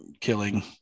killing